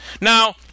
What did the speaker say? Now